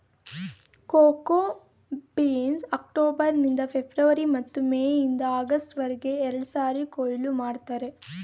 cocoa ಬೀನ್ಸ್ನ October ನಿಂದ February ಮತ್ತು ಮೇ ಇಂದ ಆಗಸ್ಟ್ ವರ್ಗೆ ಎರಡ್ಸಾರಿ ಕೊಯ್ಲು ಮಾಡ್ತರೆ